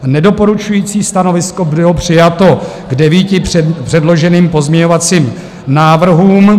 Nedoporučující stanovisko bylo přijato k 9 předloženým pozměňovacím návrhům.